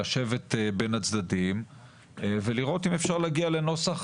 לשבת בין הצדדים ולראות אם אפשר להגיע לנוסח